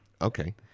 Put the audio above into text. Okay